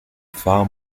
far